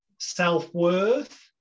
self-worth